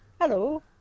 Hello